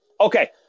Okay